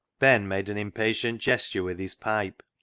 ben made an impatient gesture with his pipe,